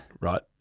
Right